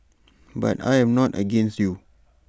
but I am not against you